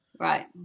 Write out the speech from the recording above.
right